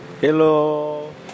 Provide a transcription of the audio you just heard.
Hello